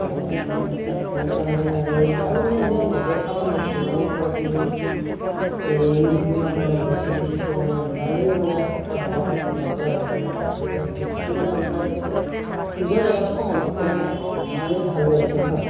তাত তেনেকুৱা মানে আৰু আৰু মানে এতিয়া নেদেখা মানুহ দেখিলোঁ মানে ধৰক এইবোৰ এই নিগ্ৰো মানুহবিলাক বেছি দেখিছোঁ মানে ইমানেই মানে শকত ডাঙৰ ক'লা ক'লা মানুহবিলাক দেখিলোঁ মানে দেখি মানে আপোনাৰ কৈছোঁ নহয় নিজৰ জেগাডোখৰ মনত পৰা নাই মানে ইমানেই ভাল লাগিছে নহয়